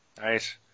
Nice